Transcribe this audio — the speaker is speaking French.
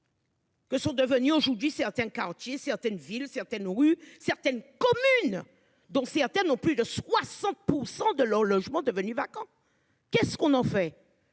Que sont devenus aujourd'hui certains quartiers, certaines villes certaines rues certaines communes dont certaines ont plus de 60% de leur logement devenu vacant. Qu'est-ce qu'on en fait.